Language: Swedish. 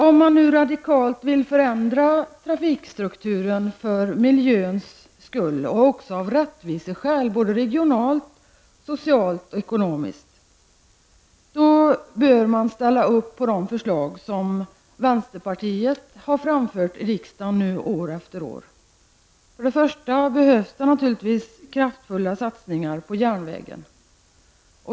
Om man nu radikalt vill förändra trafikstrukturen för miljöns skull och också av rättviseskäl, regionalt, socialt och ekonomiskt, bör man ställa upp på de förslag som vänsterpartiet har framfört i riksdagen under flera år. Det behövs naturligtvis kraftfulla satsningar på järnvägen.